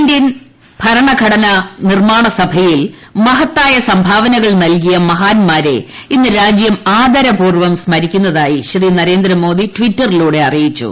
ഇന്ത്യയുടെ ഭരണഘടന നിർമ്മാണ സഭയിൽ മഹത്തായ സംഭാവനകൾ നൽകിയ മഹാൻമാരെ ഇന്ന് രാജൃം ആദരപൂർവ്വം സ്മരിക്കുന്നതായി ശ്രീ നരേന്ദ്രമോദി ടിറ്ററിലൂടെ അ ിയിച്ചു